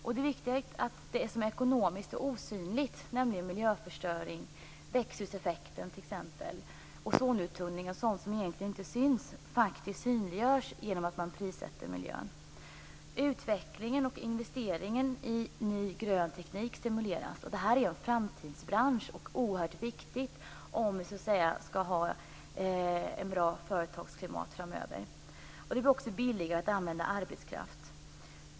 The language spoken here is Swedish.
Det är viktigt att det som är ekonomiskt och osynligt, nämligen miljöförstöring, växthuseffekt och ozonuttunning, som egentligen inte syns, faktiskt synliggörs genom att man prissätter miljön. Utvecklingen av och investeringen i ny grön teknik stimuleras. Det här är en framtidsbransch som är oerhört viktig, om vi skall ha ett bra företagsklimat framöver. Det blir också billigare att använda arbetskraft.